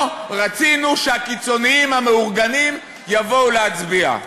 או שרצינו שהקיצוניים המאורגנים יבואו להצביע?